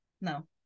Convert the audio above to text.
No